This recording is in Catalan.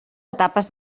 etapes